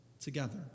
together